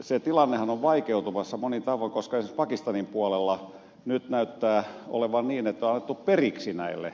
se tilannehan on vaikeutumassa monin tavoin koska esimerkiksi pakistanin puolella nyt näyttää olevan niin että on annettu periksi näille